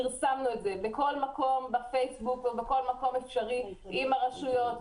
פרסמנו את זה בכל מקום בפייסבוק ובכל מקום אפשרי עם הרשויות,